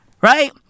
right